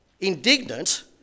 indignant